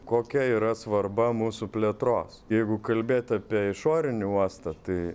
kokia yra svarba mūsų plėtros jeigu kalbėt apie išorinį uostą tai